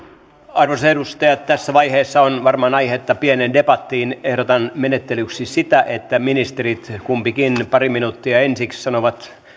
arvoisat edustajat tässä vaiheessa on varmaan aihetta pieneen debattiin ehdotan menettelyksi sitä että ministerit kumpikin parissa minuutissa ensiksi sanovat